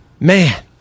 Man